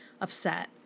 upset